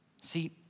See